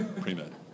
pre-med